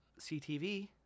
CTV